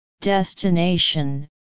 destination